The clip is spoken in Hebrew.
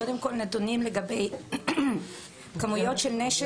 קודם כל, נתונים לגבי כמויות של נשק